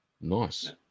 Nice